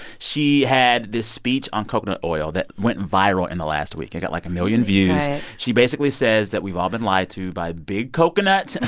she had this speech on coconut oil that went viral in the last week. it got, like, a million views right she basically says that we've all been lied to by big coconut,